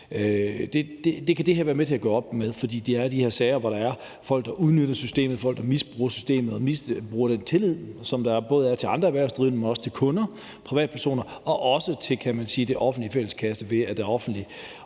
Det kan det her være med til at gøre op med. For der er de her sager, hvor folk udnytter og misbruger systemet og misbruger den tillid, der er både fra andre erhvervsdrivende, men også fra kunder og privatpersoner og også fra den offentlige fælleskasse, ved at det offentlige